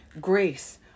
grace